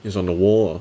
is on the wall lah